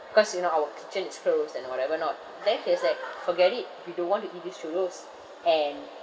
cause you know our kitchen is closed and or whatever not then he was like forget it we don't want to eat these churros and